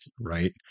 right